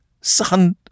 son